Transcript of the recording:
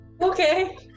Okay